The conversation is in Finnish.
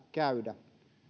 käydä